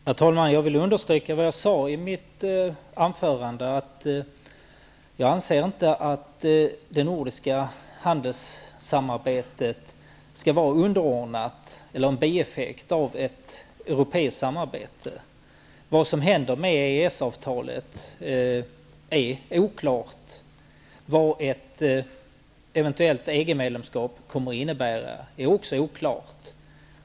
Herr talman! Jag vill understryka vad jag sade i mitt anförande, att jag inte anser att det nordiska handelssamarbetet skall vara underordnat eller en bieffekt av ett europeiskt samarbetet. Vad som händer med EES-avtalet är oklart. Vad ett eventuellt EG-medlemskap kommer att innebära är också oklart.